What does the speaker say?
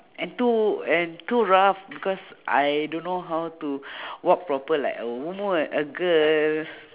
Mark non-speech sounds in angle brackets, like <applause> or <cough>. and too and too rough because I don't know how to <breath> walk proper like a woman a girl